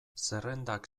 zerrendak